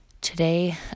today